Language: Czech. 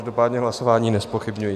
Každopádně hlasování nezpochybňuji.